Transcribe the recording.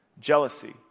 Jealousy